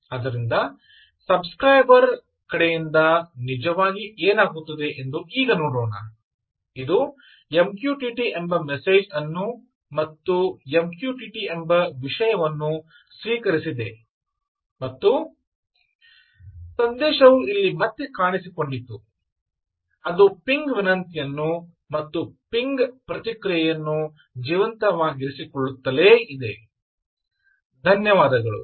Glossary English Word Word Meaning Quality of service quality of service ಸೇವೆಯ ಗುಣಮಟ್ಟ Hardware hardware ಯಂತ್ರಾಂಶ Failure resistant failure resistant ವೈಫಲ್ಯ ನಿರೋಧಕ Persistent session persistent session ನಿರಂತರ session Energy harvest energy harvest ಶಕ್ತಿ ಕೊಯ್ಲು Install install ಸ್ಥಾಪಿಸು Ping request ping request ping ವಿನಂತಿ Ping response ping response ping ಪ್ರತಿಕ್ರಿಯೆ Quite ಕ್ವಾಯಟ್ ಸಾಕಷ್ಟು Protocol protocol protocol Demo demo ಪ್ರದರ್ಶನ